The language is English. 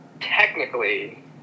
technically